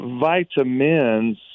vitamins